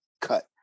cut